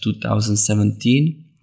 2017